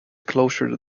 closer